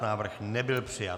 Návrh nebyl přijat.